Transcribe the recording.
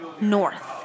North